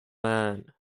man